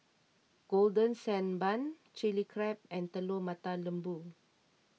Golden Sand Bun Chilli Crab and Telur Mata Lembu